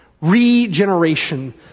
Regeneration